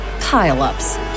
pile-ups